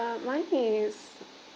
mine is